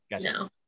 No